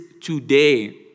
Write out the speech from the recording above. today